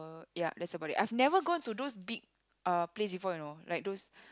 ya that's about it I've never gone to those big uh place before you know like those